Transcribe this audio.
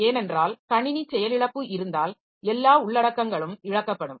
ஏனென்றால் கணினி செயலிழப்பு இருந்தால் எல்லா உள்ளடக்கங்களும் இழக்கப்படும்